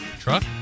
truck